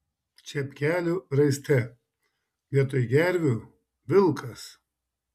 čepkelių raiste vietoj gervių vilkas